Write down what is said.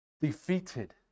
defeated